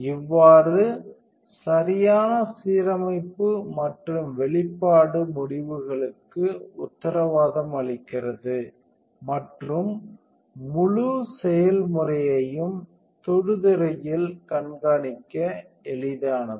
இவ்வாறு சரியான சீரமைப்பு மற்றும் வெளிப்பாடு முடிவுகளுக்கு உத்தரவாதம் அளிக்கிறது மற்றும் முழு செயல்முறையையும் தொடுதிரையில் கண்காணிக்க எளிதானது